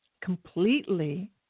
completely